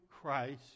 Christ